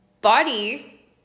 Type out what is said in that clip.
body